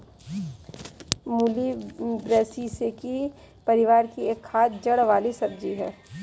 मूली ब्रैसिसेकी परिवार की एक खाद्य जड़ वाली सब्जी है